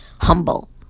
humble